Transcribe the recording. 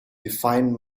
defined